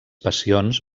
passions